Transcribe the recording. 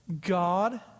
God